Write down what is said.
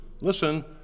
listen